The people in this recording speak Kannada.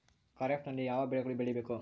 ಖಾರೇಫ್ ನಲ್ಲಿ ಯಾವ ಬೆಳೆಗಳನ್ನು ಬೆಳಿಬೇಕು?